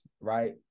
Right